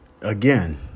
Again